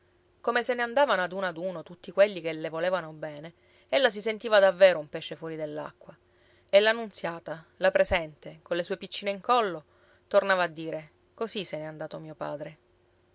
come se ne andavano ad uno ad uno tutti quelli che le volevano bene ella si sentiva davvero un pesce fuori dell'acqua e la nunziata là presente colle sue piccine in collo tornava a dire così se ne è andato mio padre